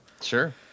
Sure